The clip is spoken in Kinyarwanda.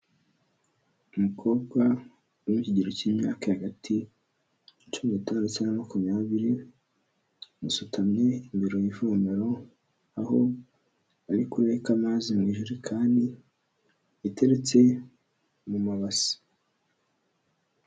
Umukobwa uri mu kigero cy'imyaka hagati ya cumi n'itanu ndetse na makumyabiri, asutamye imbere y'ivomero, aho ari kureka amazi iteretse mu mabase.